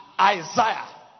Isaiah